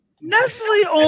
Nestle